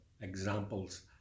examples